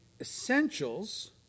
essentials